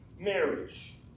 marriage